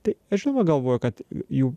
tai aš žinoma galvoju kad jų